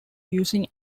using